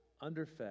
underfed